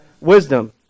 wisdom